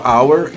Hour